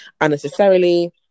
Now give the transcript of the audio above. unnecessarily